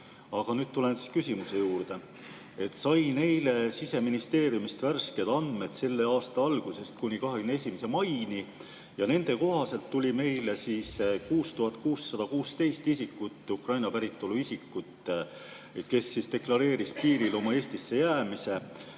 Aga nüüd tulen küsimuse juurde. Sain eile Siseministeeriumist värsked andmed selle aasta algusest kuni 21. maini. Nende kohaselt tuli meile 6616 Ukraina päritolu isikut, kes deklareeris piiril oma Eestisse jäämise.